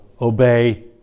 Obey